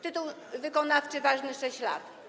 Tytuł wykonawczy jest ważny 6 lat.